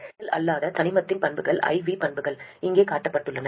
நேரியல் அல்லாத தனிமத்தின் பண்புகள் I V பண்புகள் இங்கே காட்டப்பட்டுள்ளன